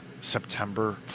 september